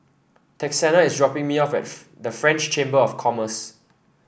Texanna is dropping me off at the French Chamber of Commerce